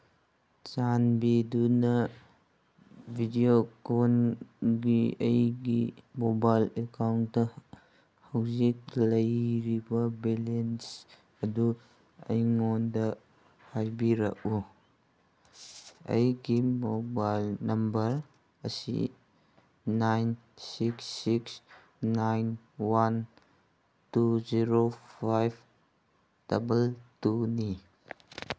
ꯆꯥꯟꯕꯤꯗꯨꯅ ꯚꯤꯗꯤꯑꯣꯀꯣꯟꯒꯤ ꯑꯩꯒꯤ ꯃꯣꯕꯥꯏꯜ ꯑꯦꯀꯥꯎꯟꯇ ꯍꯧꯖꯤꯛ ꯂꯩꯔꯤꯕ ꯕꯦꯂꯦꯟꯁ ꯑꯗꯨ ꯑꯩꯉꯣꯟꯗ ꯍꯥꯏꯕꯤꯔꯛꯎ ꯑꯩꯒꯤ ꯃꯣꯕꯥꯏꯜ ꯅꯝꯕꯔ ꯑꯁꯤ nine six six nine one two zero five double ꯇꯨꯅꯤ